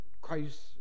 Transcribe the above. Christ